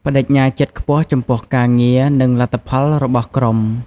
ប្តេជ្ញាចិត្តខ្ពស់ចំពោះការងារ និងលទ្ធផលរបស់ក្រុម។